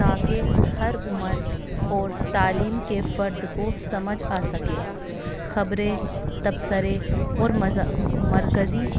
تاکہ ہر عمر اور تعلیم کے فرد کو سمجھ آ سکے خبریں تبصرے اور مرکزی